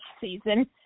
season